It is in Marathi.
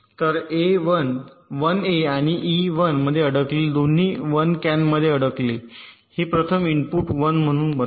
तर 1 ए आणि ई 1 मध्ये अडकलेले दोन्ही 1 कॅनमध्ये अडकले हे प्रथम इनपुट 1 म्हणून बनवा